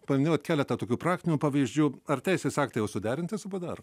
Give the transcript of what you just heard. brandino keletą tokių praktinių pavyzdžių ar teisės aktai jau suderinti su padaro